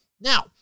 Now